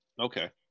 Okay